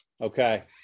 okay